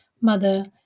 mother